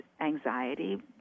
anxiety